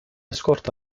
scorta